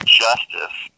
justice